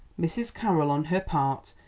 mrs. carroll, on her part,